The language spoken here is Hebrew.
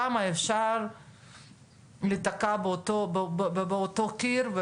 כמה אפשר להיתקע באותו קיר?